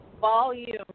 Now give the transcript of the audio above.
volume